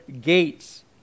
gates